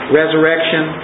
resurrection